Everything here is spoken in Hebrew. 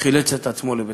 חילץ את עצמו לבית-הכנסת.